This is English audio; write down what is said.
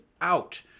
out